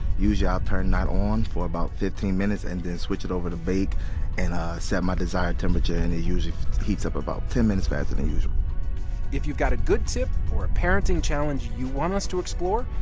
usually, i'll turn that on for about fifteen minutes and then switch it over to bake and set my desired temperature. and it usually heats up about ten minutes faster than usual if you've got a good tip or a parenting challenge you want us to explore,